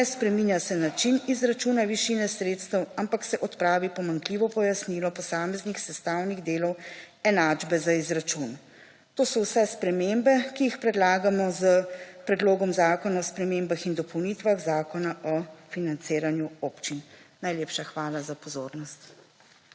Ne spreminja se način izračuna višine sredstev, ampak se odpravi pomanjkljivo pojasnilo posameznih sestavnih delov enačbe za izračun. To so vse spremembe, ki jih predlagamo s predlogom zakona o spremembah in dopolnitvah Zakona o financiranju občin. Najlepša hvala za pozornost.